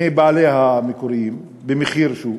מבעליה המקוריים במחיר שוק.